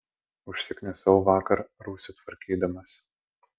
užsiknisau vakar rūsį tvarkydamas